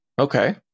okay